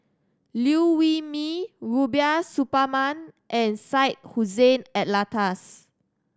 Liew Wee Mee Rubiah Suparman and Syed Hussein Alatas